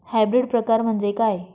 Hybrid प्रकार म्हणजे काय?